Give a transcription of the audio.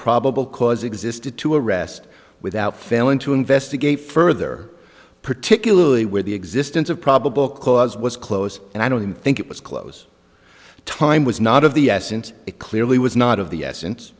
probable cause existed to arrest without failing to investigate further particularly where the existence of probable cause was close and i don't think it was close time was not of the essence it clearly was not of the essence